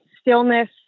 stillness